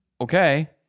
okay